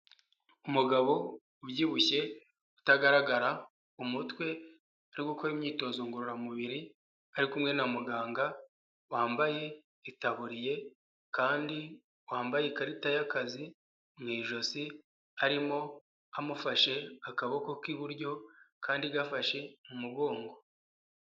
Umugabo ubyibushye utagaragara umutwe ari gukora imyitozo ngororamubiri, ari kumwe na muganga wambaye itaburiye kandi wambaye ikarita y'akazi mu ijosi, arimo amufashe akaboko k'iburyo akandi gafashe umugongo.